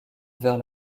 vers